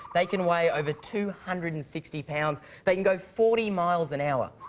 they can weigh over two hundred and sixty pounds. they can go forty miles an hour.